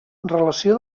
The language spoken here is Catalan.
relació